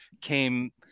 came